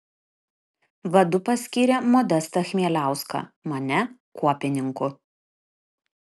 vadu paskyrė modestą chmieliauską mane kuopininku